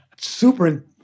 super